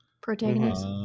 protagonist